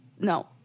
no